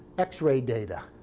x-ray data.